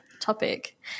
topic